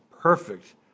perfect